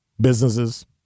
businesses